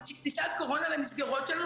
אני